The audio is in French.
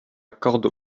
cordes